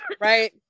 right